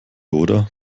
oder